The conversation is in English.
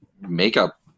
makeup